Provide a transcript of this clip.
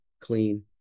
clean